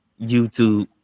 YouTube